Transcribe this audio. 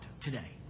today